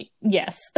yes